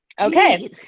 Okay